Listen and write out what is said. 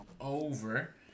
Over